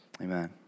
amen